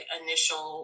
initial